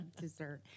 Dessert